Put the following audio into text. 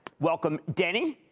welcome dani,